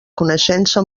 coneixença